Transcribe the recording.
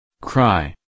Cry